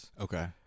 okay